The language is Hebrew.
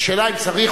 השאלה אם צריך,